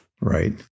Right